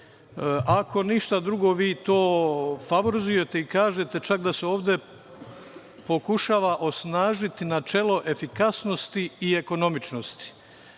Ako ništa drugo vi to favorizujete i kažete čak da se ovde pokušava osnažiti načelo efikasnosti i ekonomičnosti.